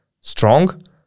strong